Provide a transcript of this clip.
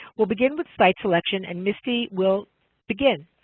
we'll begin with site selection, and misty will begin.